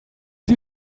sie